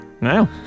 Now